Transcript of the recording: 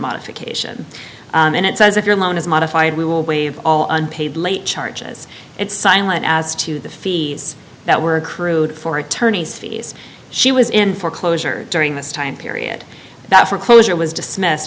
modification and it says if your loan is modified we will waive all unpaid late charges it's silent as to the fees that were accrued for attorney's fees she was in foreclosure during this time period that foreclosure was dismissed